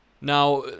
Now